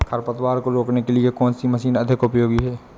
खरपतवार को रोकने के लिए कौन सी मशीन अधिक उपयोगी है?